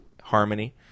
Harmony